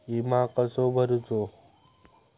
विमा कसो भरूचो?